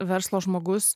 verslo žmogus